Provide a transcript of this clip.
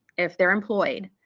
if they're employed,